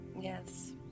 yes